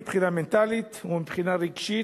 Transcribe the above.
מבחינה מנטלית ומבחינה רגשית.